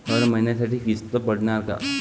हर महिन्यासाठी किस्त पडनार का?